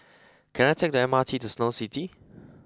can I take the M R T to Snow City